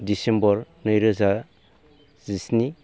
December नैरोजा जिस्नि